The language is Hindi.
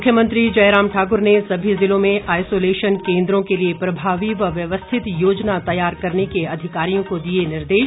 मुख्यमंत्री जयराम ठाकुर ने सभी जिलों में आईसोलेशन केंद्रों के लिए प्रभावी व व्यवस्थित योजना तैयार करने के अधिकारियों को दिए निर्देश